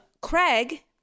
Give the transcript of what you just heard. Craig